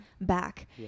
back